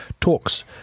talks